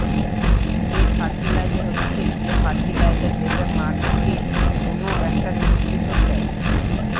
straight fertilizer হচ্ছে যে fertilizer যেটা মাটিকে কোনো একটা নিউট্রিশন দেয়